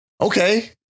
okay